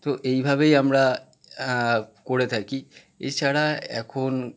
তো এইভাবেই আমরা করে থাকি এছাড়া এখন